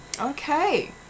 okay